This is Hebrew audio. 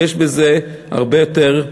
ויש בזה הרבה יותר,